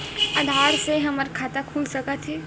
आधार से हमर खाता खुल सकत हे?